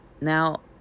now